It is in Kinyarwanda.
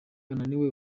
ananiwe